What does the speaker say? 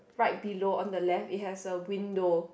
right below on the left it has a window